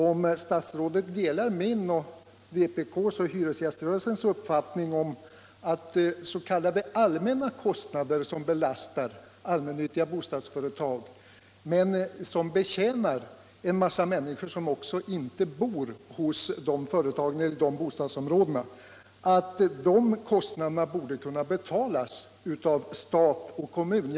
Delar statsrådet min, vpk:s och hyresgäströrelsens uppfattning att s.k. allmänna kostnader, som belastar allmännyttiga bostadsföretag — exempelvis bostadsförmedlingar, centrumanläggningar, bilplatser, lekplatser m.m. — men vars bestridande gagnar en mängd människor, som inte bor i dessa företags bostadsområden, borde kunna betalas av stat och kommun?